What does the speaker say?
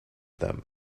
them